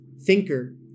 thinker